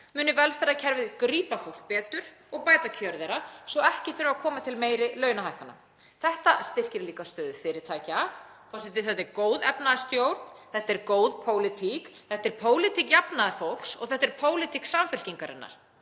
muni velferðarkerfið grípa fólk betur og bæta kjör þess svo ekki þurfi að koma til meiri launahækkana. Þetta styrkir líka stöðu fyrirtækja. Forseti. Þetta er góð efnahagsstjórn. Þetta er góð pólitík. Þetta er pólitík jafnaðarfólks og þetta er pólitík Samfylkingarinnar.